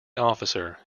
officer